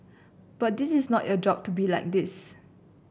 but this is not your job to be like this